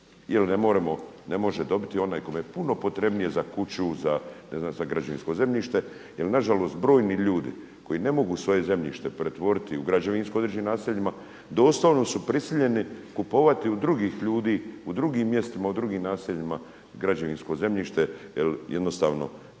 jer ne može dobiti onaj kome je puno potrebnije za kuću, ne znam, za građevinsko zemljište, jer nažalost brojni ljudi koji ne mogu svoje zemljište pretvoriti u građevinsko u određenim naseljima, doslovno su prisiljeni kupovati od drugih ljudi u drugim mjestima, u drugim naseljima građevinsko zemljište, jer jednostavno